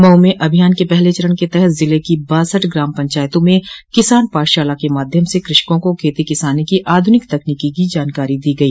मऊ में अभियान के पहले चरण के तहत ज़िले की बासठ ग्राम पंचायतों में किसान पाठशाला के माध्यम से कृषकों को खेती किसानी की आधुनिक तकनीकी की जानकारी दी गई